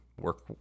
work